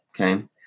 okay